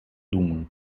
думаю